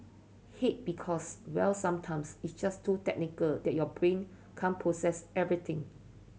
hate because well sometimes it's just to technical that your brain can't process everything